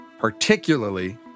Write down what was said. particularly